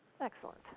Excellent